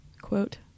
quote